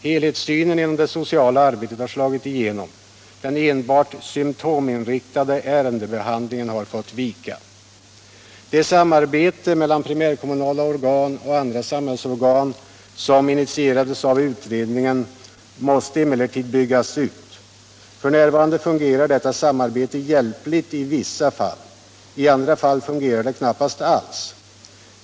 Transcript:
Helhetssynen inom det sociala arbetet har slagit igenom. Den enbart symtominriktade ärendebehandlingen har fått vika. Det samarbete mellan primärkommunala organ och andra samhällsorgan som initierades av utredningen måste emellertid byggas ut. F.n. fungerar detta samarbete hjälpligt i vissa fall. I andra fall fungerar det knappast alls.